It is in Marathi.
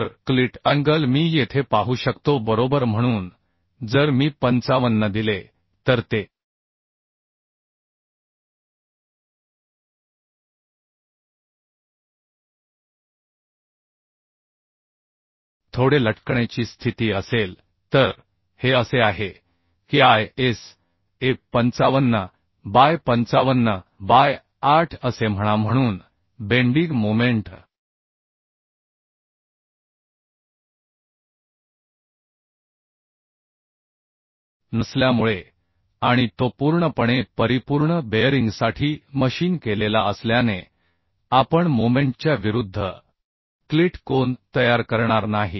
तर क्लिट अँगलमी येथे पाहू शकतो बरोबर म्हणून जर मी 55 दिले तर ते थोडे लटकण्याची स्थिती असेल तर हे असे आहे की ISA 55 बाय 55 बाय 8 असे म्हणा म्हणून बेन्डीग मोमेन्ट नसल्यामुळे आणि तो पूर्णपणे परिपूर्ण बेअरिंगसाठी मशीन केलेला असल्याने आपण मोमेन्टच्या विरुद्ध क्लिट कोन तयार करणार नाही